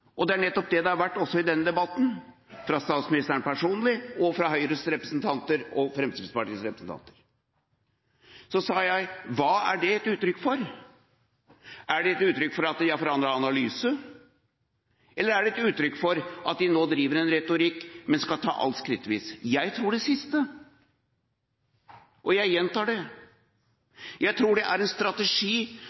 og det er nettopp det det har vært også i denne debatten fra statsministeren personlig og fra Høyres og Fremskrittspartiets representanter. Så sa jeg: Hva er det et uttrykk for? Er det et uttrykk for at de har forandret analyse, eller er det et uttrykk for at de nå driver en retorikk, men skal ta alt skrittvis? Jeg tror det siste, og jeg gjentar det. Jeg tror det er en strategi